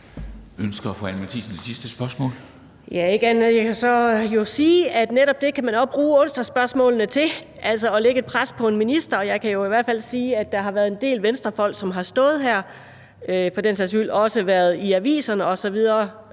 omgang? Kl. 14:03 Anni Matthiesen (V): Ikke for andet end at sige, at netop det kan man også bruge onsdagsspørgsmålene til, altså at lægge et pres på en minister. Jeg kan jo i hvert fald sige, at der har været en del Venstrefolk, som har stået her og for den sags skyld også været i aviserne osv.